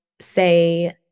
say